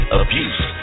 abuse